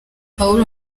pawulo